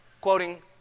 quoting